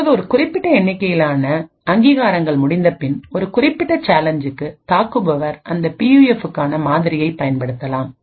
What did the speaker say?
இப்போது ஒரு குறிப்பிட்ட எண்ணிக்கையிலான அங்கீகாரங்கள் முடிந்தபின் ஒரு குறிப்பிட்ட சேலஞ்சுக்கு தாக்குபவர் அந்த பியூஎஃப்புக்கானமாதிரியைப் பயன்படுத்தலாம்